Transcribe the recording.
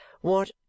what